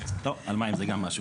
טוב, על מים זה גם משהו.